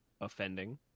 offending